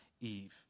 Eve